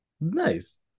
Nice